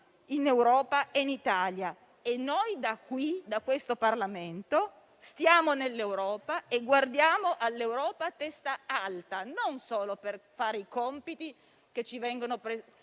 in Europa e in Italia. Da qui, da questo Parlamento, stiamo nell'Europa e guardiamo ad essa a testa alta, non solo per fare i compiti che ci vengono prescritti